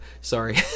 sorry